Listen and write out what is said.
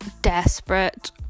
desperate